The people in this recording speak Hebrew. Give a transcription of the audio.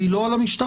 והיא לא על המשטרה.